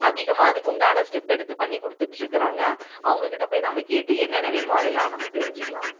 அதிகமாக அதுக்கு உண்டான ஸ்டெப் எடுத்து பண்ணிக் கொடுத்துட்ருக்குறாங்க அவங்கக்கிட்ட போய் நம்ம கேட்டு என்னென்ன வேணுமோ அதையெல்லாம் நம்ம தெரிஞ்சுக்கிலாம்